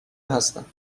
هستم